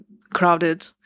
crowded